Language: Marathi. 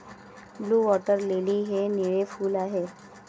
ब्लू वॉटर लिली हे निळे फूल आहे